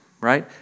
right